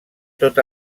tot